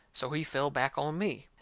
so he fell back on me.